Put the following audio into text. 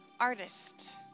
artist